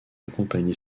accompagné